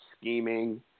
scheming